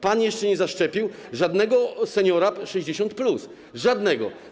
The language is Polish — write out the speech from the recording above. Pan jeszcze nie zaszczepił żadnego seniora 60+, żadnego.